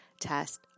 test